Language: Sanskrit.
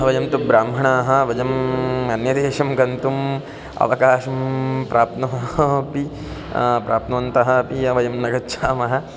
वयं तु ब्राह्मणाः वयम् अन्यदेशं गन्तुम् अवकाशं प्राप्नुवः अपि प्राप्नुवन्तः अपि वयं न गच्छामः